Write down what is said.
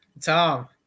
Tom